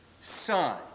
son